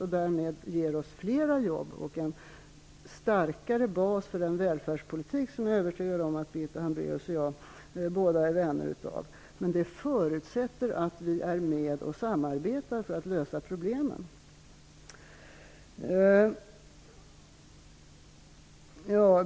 Det ger oss därmed fler jobb och en starkare bas för en välfärdspolitik, som jag är övertygad om att både Birgitta Hambraeus och jag är vänner av. Men det förutsätter att Sverige är med och samarbetar för att lösa problemen.